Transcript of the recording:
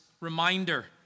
reminder